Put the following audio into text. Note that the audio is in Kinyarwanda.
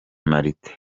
martin